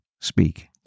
speak